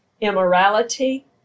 immorality